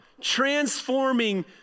transforming